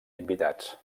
invitats